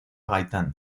gaitán